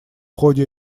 ходе